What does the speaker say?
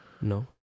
No